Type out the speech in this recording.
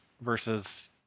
versus